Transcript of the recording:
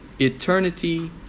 eternity